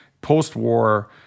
post-war